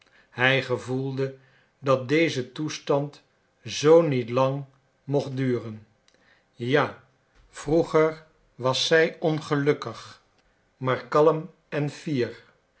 hij gevoelde dat deze toestand zoo niet lang mocht duren ja vroeger was zij ongelukkig maar kalm en fier